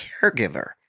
caregiver